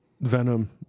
Venom